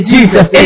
Jesus